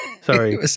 sorry